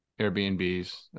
Airbnbs